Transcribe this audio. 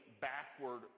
backward